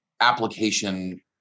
application